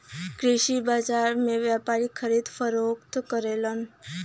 कृषि बाजार में व्यापारी खरीद फरोख्त करलन